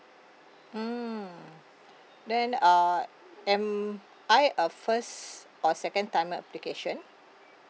mm then uh am I a first or second timer application